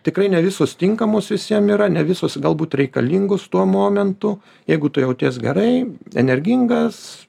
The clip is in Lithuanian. tikrai ne visos tinkamos visiem yra ne visos galbūt reikalingos tuo momentu jeigu tu jauties gerai energingas